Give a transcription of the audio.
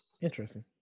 Interesting